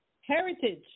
Heritage